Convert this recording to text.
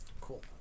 Cool